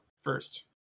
first